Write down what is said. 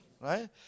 Right